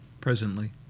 presently